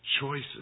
Choices